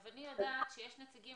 אני יודעת שיש נציגים,